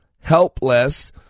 helpless